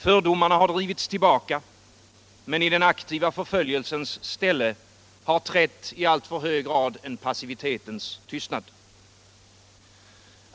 Fördomarna har drivits tillbaka. Men i den aktiva förföljelsens ställe har i alltför hög grad trätt en passivitetens tystnad.